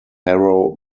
harrow